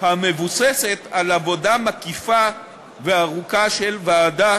המבוססת על עבודה מקיפה וארוכה של ועדה